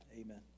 amen